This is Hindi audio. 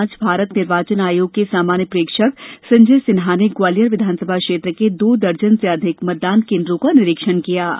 वहीं आज भारत निर्वाचन आयोग के सामान्य प्रेक्षक संजय सिन्हा ने ग्वालियर विधानसभा क्षेत्र के दो दर्जन से अधिक मतदान केन्द्रों का निरीक्षण किया